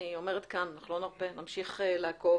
אני אומרת כאן, אנחנו לא נרפה, נמשיך לעקוב.